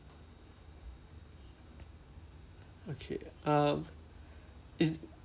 okay um is